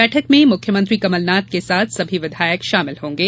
बैठक में मुख्यमंत्री कमलनाथ के साथ सभी विधायक शामिल होंगे